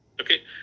Okay